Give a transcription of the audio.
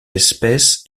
espèce